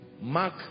Mark